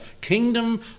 kingdom